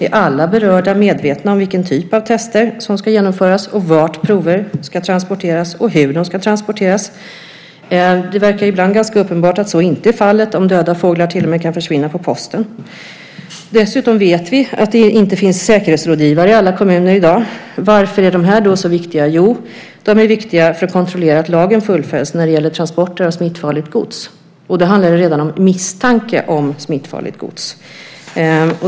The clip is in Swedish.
Är alla berörda medvetna om vilken typ av test som ska genomföras, vart prover ska transporteras och hur de ska transporteras? Det verkar ibland ganska uppenbart att så inte är fallet, om döda fåglar till och med kan försvinna på posten. Dessutom vet vi att det inte finns säkerhetsrådgivare i alla kommuner i dag. Varför är då de så viktiga? Jo, de är viktiga för att kontrollera att lagen följs när det gäller transporter av smittfarligt gods. Då handlar det redan om misstanke om smittfarligt gods.